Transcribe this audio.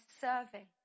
serving